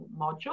module